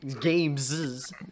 games